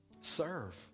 Serve